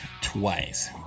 twice